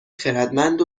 خردمند